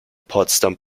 potsdam